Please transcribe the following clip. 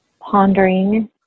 pondering